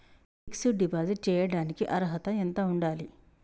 Fix డ్ deposit చేయటానికి అర్హత ఎంత ఉండాలి?